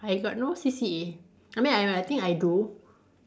I got no C_C_A I mean I think I do